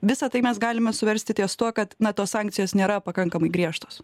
visa tai mes galime suversti ties tuo kad na tos sankcijos nėra pakankamai griežtos